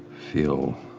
feel,